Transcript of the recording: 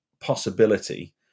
possibility